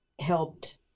helped